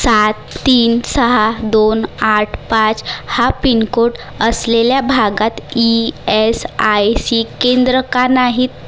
सात तीन सहा दोन आठ पाच हा पिनकोड असलेल्या भागात ई एस आय सी केंद्रं का नाहीत